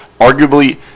arguably